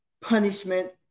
punishment